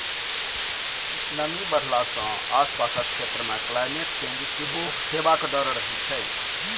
नमी बढ़ला सँ आसपासक क्षेत्र मे क्लाइमेट चेंज सेहो हेबाक डर रहै छै